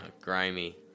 Grimy